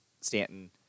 Stanton